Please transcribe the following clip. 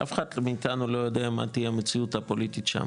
אף אחד מאיתנו לא יודע מה תהיה המציאות הפוליטית שם